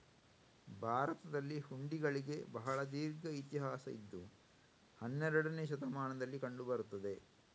ಭಾರತದಲ್ಲಿ ಹುಂಡಿಗಳಿಗೆ ಬಹಳ ದೀರ್ಘ ಇತಿಹಾಸ ಇದ್ದು ಹನ್ನೆರಡನೇ ಶತಮಾನದಲ್ಲಿ ಕಂಡು ಬರುತ್ತದೆ